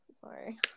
Sorry